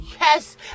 yes